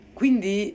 quindi